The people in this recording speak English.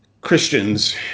Christians